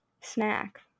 snack